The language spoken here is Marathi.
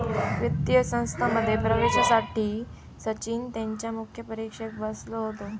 वित्तीय संस्थांमध्ये प्रवेशासाठी सचिन त्यांच्या मुख्य परीक्षेक बसलो होतो